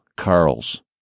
Carl's